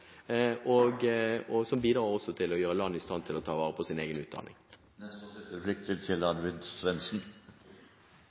god debatt. Det bidrar også til å gjøre landene i stand til å ta vare på sin egen utdanning. Dette går på utdanning spesifikt. Statsråden hadde mange tall og